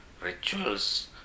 rituals